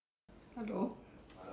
hello